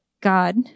God